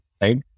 right